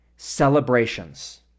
celebrations